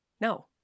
no